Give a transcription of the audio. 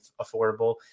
affordable